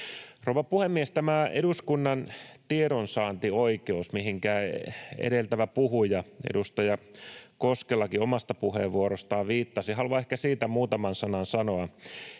Rouva puhemies! Tästä eduskunnan tiedonsaantioikeudesta, mihinkä edeltävä puhuja, edustaja Koskelakin, omassa puheenvuorossaan viittasi, haluan ehkä muutaman sanan sanoa.